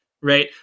right